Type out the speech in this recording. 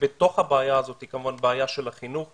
בתוך הבעיה הזאת כמובן הבעיה של החינוך.